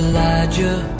Elijah